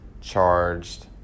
charged